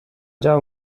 già